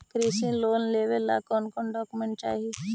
कृषि लोन लेने ला कोन कोन डोकोमेंट चाही?